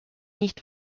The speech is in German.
nicht